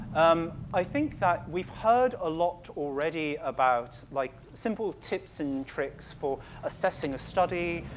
um, i think that we've heard a lot already about, like, simple tips and tricks for assessing a study,